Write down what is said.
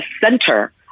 center